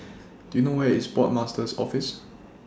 Do YOU know Where IS Port Master's Office